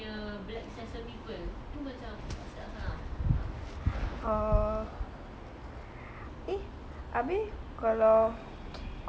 eh abeh kalau compare kan semua bubble tea kan kau rasa mana satu yang paling mahal